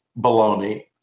baloney